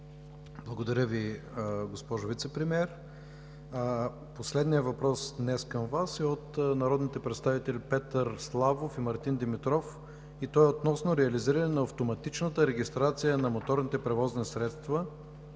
Благодаря Ви, госпожо Вицепремиер. Последният въпрос днес към Вас е от народните представители Петър Славов и Мартин Димитров – относно реализиране на автоматичната регистрация на моторните превозни средства,